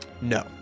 No